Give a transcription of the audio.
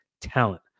talent